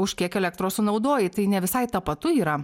už kiek elektros sunaudoji tai ne visai tapatu yra